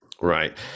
right